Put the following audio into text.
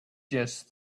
just